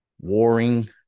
warring